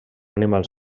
animals